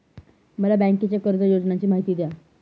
मला बँकेच्या कर्ज योजनांची माहिती द्या